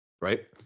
right